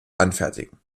anfertigen